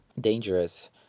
dangerous